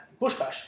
Bushbash